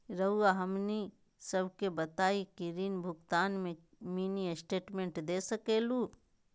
रहुआ हमनी सबके बताइं ऋण भुगतान में मिनी स्टेटमेंट दे सकेलू?